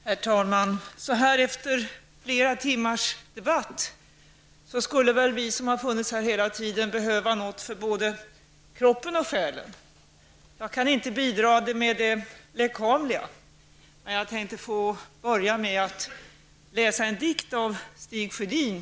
Herr talman! Så här efter flera timmars debatt skulle väl vi som funnits här hela tiden behöva något för både kroppen och själen. Jag kan inte bidra med det lekamliga, men jag tänkte inleda mitt anförande med att läsa en dikt av Stig Sjödin.